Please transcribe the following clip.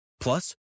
Plus